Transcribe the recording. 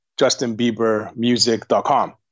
JustinBieberMusic.com